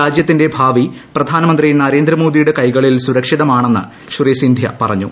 രാജ്യത്തിന്റെ ഭാവി പ്രധാനമന്ത്രി നരേന്ദ്രമോദിയുടെ കൈകളിൽ സുരക്ഷിതമാണെന്ന് ശ്രീ സിന്ധ്യ പറഞ്ഞു